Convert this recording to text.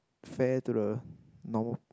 fair to the normal